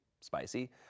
spicy